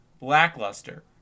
lackluster